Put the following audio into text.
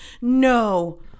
no